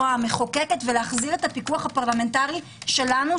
מחוקקת ולהחזיר את הפיקוח הפרלמנטרי שלנו,